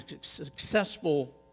successful